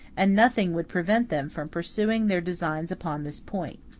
and nothing would prevent them from pursuing their designs upon this point.